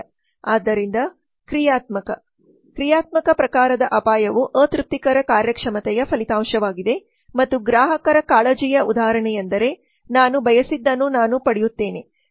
ಆದ್ದರಿಂದ ಕ್ರಿಯಾತ್ಮಕ ಆದ್ದರಿಂದ ಕ್ರಿಯಾತ್ಮಕ ಪ್ರಕಾರದ ಅಪಾಯವು ಅತೃಪ್ತಿಕರ ಕಾರ್ಯಕ್ಷಮತೆಯ ಫಲಿತಾಂಶವಾಗಿದೆ ಮತ್ತು ಗ್ರಾಹಕರ ಕಾಳಜಿಯ ಉದಾಹರಣೆಯೆಂದರೆ ನಾನು ಬಯಸಿದ್ದನ್ನು ನಾನು ಪಡೆಯುತ್ತೇನೆ